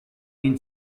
been